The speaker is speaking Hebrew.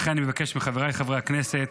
לכן אני מבקש מחבריי חברי הכנסת,